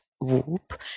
whoop